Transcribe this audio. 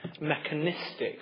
mechanistic